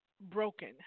broken